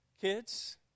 Kids